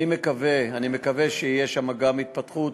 אני מקווה, אני מקווה שתהיה גם שם התפתחות,